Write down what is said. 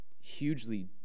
hugely